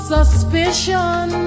Suspicion